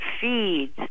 feeds